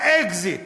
האקזיט